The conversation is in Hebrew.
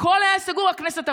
הכול היה סגור, הכנסת עבדה.